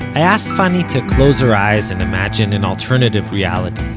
i asked fanny to close her eyes and imagine an alternative reality.